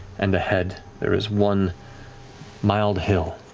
and ahead, there is one mild hill,